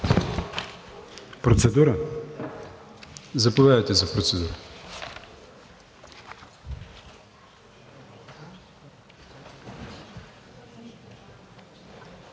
Процедура? Заповядайте за процедура.